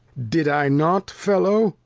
did i not. fellow?